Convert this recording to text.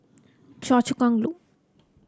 Choa Chu Kang Loop